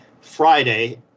Friday